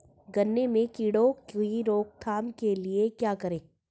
गन्ने में कीड़ों की रोक थाम के लिये क्या करें?